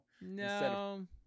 no